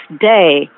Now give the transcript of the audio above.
day